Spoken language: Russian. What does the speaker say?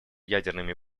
ядерными